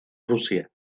rusia